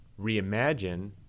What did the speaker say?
Reimagine